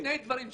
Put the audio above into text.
שני דברים שנה,